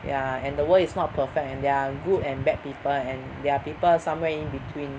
ya and the world is not perfect and there are good and bad people and there are people somewhere in between